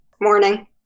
Morning